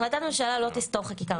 החלטת ממשלה לא תסתור חקיקה ראשית.